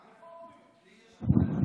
מגיע?